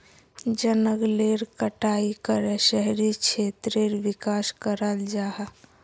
जनगलेर कटाई करे शहरी क्षेत्रेर विकास कराल जाहा